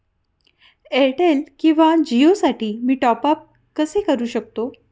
Airtel किंवा जिओसाठी मी टॉप ॲप कसे करु शकतो?